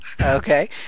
Okay